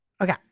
Okay